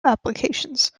applications